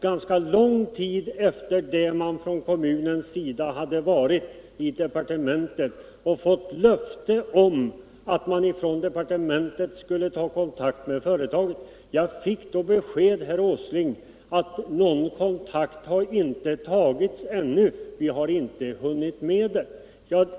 Ganska lång tid efter det att man från kommunens sida varit uppe på departementet och fått löfte om att kontakt skulle komma att tas med företaget, fick jag besked, herr Åsling, om att någon sådan kontakt ännu inte hade tagits därför att man inte hunnit med detta.